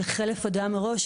וחלף הודעה מראש.